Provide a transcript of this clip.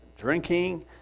drinking